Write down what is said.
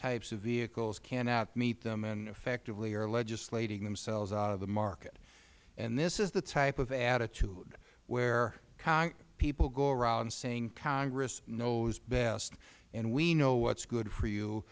types of vehicles cannot meet them and effectively are legislating themselves out of the market this is the type of attitude where people go around saying congress knows best and we know what is good for you